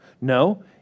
No